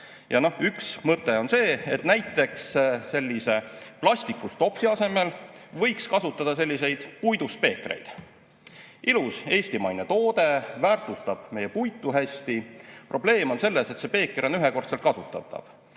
mõte on see, et näiteks sellise plastikust topsi asemel võiks kasutada puidust peekreid. Ilus eestimaine toode, väärtustab meie puitu hästi. Probleem on selles, et see peeker on ühekordselt kasutatav,